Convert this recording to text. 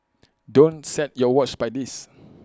don't set your watch by this